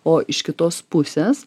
o iš kitos pusės